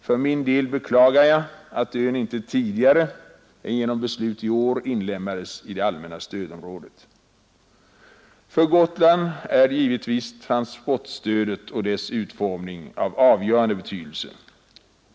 För min del beklagar jag att ön inte tidigare än genom beslut i år inlemmades i det allmänna stödområdet. För Gotland är givetvis transportstödet och dess utformning av avgörande betydelse.